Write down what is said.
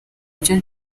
ibyo